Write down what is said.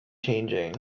changing